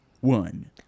one